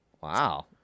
Wow